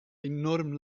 enorm